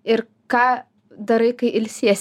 ir ką darai kai ilsiesi